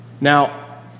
Now